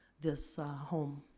this ah home.